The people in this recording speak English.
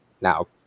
now